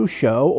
show